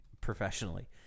professionally